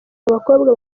abakobwa